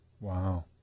Wow